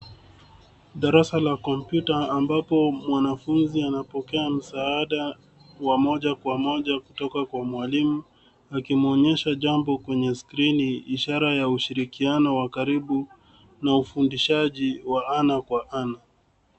Darasa la kompyuta ambapo mwanafunzi anapokea msaada moja kwa moja kutoka kwa mwalimu, akimwonyesha jambo kwenye skrini ishara ya ushirikiano wa karibu na ufundishaji wa ana kwa ana.